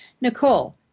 Nicole